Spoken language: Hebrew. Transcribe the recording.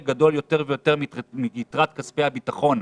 גדול יותר ויותר מיתרת כספי הביטחון,